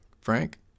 Frank